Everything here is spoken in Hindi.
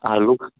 आलूख